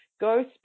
Go